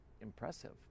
impressive